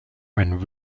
when